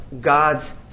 God's